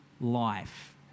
life